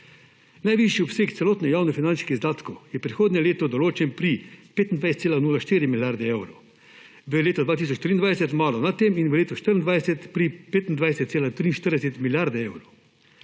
Najvišji obseg celotnih javnofinančnih izdatkov je prihodnje leto določen pri 25,04 milijarde evrov, v letu 2023 malo nad tem in v letu 2024 pri 25,43 milijarde evrov.